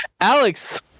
Alex